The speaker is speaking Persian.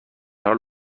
حال